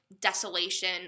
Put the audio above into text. desolation